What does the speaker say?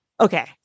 okay